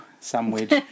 sandwich